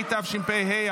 התשפ"ה 2024,